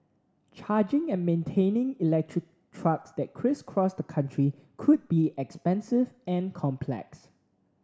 charging and maintaining electric trucks that crisscross the country could be expensive and complex